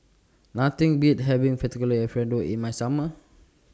Nothing Beats having Fettuccine Alfredo in The Summer